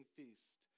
feast